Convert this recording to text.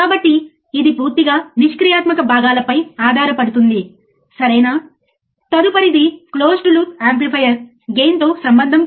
కాబట్టి output voltage అంటే ఏమిటో చూద్దాం